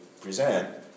present